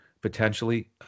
potentially